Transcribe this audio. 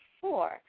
four